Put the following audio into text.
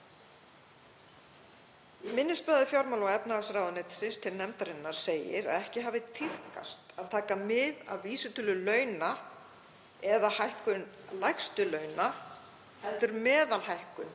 minnisblaði fjármála- og efnahagsráðuneytisins til nefndarinnar segir að ekki hafi tíðkast að taka mið af vísitölu launa eða hækkun lægstu launa heldur meðalhækkun